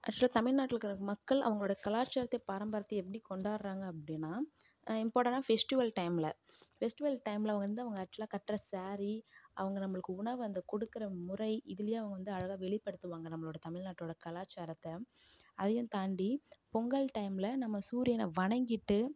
ஆக்ஷுவலாக தமிழ்நாட்டில் இருக்கிற மக்கள் அவர்களோட கலாச்சாரத்தை பாரம்பரியத்தை எப்படி கொண்டாடுறாங்க அப்படின்னா இம்பார்ட்டானா பெஷ்டிவல் டைமில் பெஸ்டிவல் டைமில் அவங்க வந்து அவங்க ஆக்ஷுவலாக கட்டுற ஸாரி அவங்க நம்மளுக்கு உணவு அந்த கொடுக்குற முறை இதிலியே அவங்க வந்து அழகாக வெளிப்படுத்துவாங்க நம்மளோட தமிழ்நாட்டோட கலாச்சாரத்தை அதையும் தாண்டி பொங்கல் டைமில் நம்ம சூரியனை வணங்கிட்டு